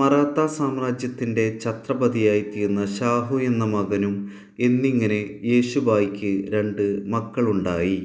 മറാഠ സാമ്രാജ്യത്തിൻ്റെ ഛത്രപതിയായിത്തീർന്ന ശാഹു എന്ന മകനും എന്നിങ്ങനെ യേശു ബായ്ക്ക് രണ്ട് മക്കളുണ്ടായി